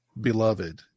beloved